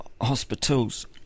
Hospitals